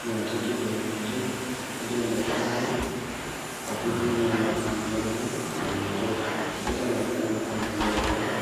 Kuna watu watatu kwenye picha. Mmoja ni daktari, wa pili ni mama mtoto, na mtoto. Mtoto anaonekana kuwa anapewa dawa